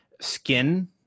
skin